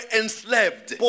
enslaved